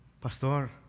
pastor